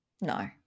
No